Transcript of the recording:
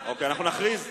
נכריז,